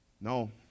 No